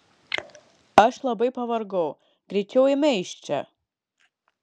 aš labai pavargau greičiau eime iš čia